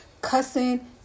Cussing